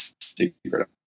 secret